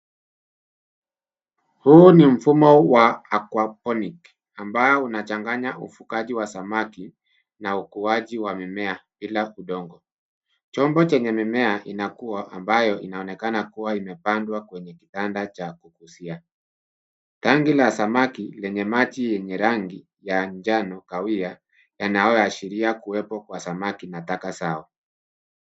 Huu ni mfumo wa haidroponiki ambao unachanganya ufungaji wa samaki na ukuaji wa mimea bila udongo. Chombo chenye mimea inakua ambayo inaonekana kuwa umepandwa kwenye kitanda cha kukuzia. Tanki la samaki lenye maji yenye rangi ya njano kahawia yanayoashiria kuwepo kwa samaki na taka zao.